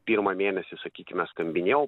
pirmą mėnesį sakykime skambinėjau